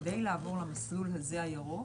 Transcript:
כדי לעבור למסלול הירוק,